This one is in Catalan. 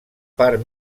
part